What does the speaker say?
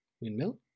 windmill